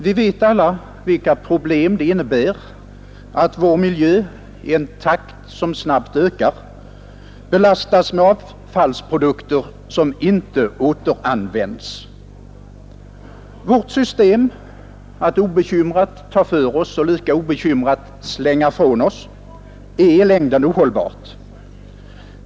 Vi vet alla vilka problem det innebär att vår miljö i en takt som snabbt ökar belastas med avfallsprodukter som inte återanvänds. Vårt system att obekymrat ta för oss och lika obekymrat slänga ifrån oss är i längden ohållbart.